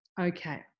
Okay